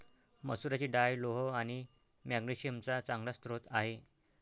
मसुराची डाळ लोह आणि मॅग्नेशिअम चा चांगला स्रोत आहे